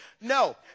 no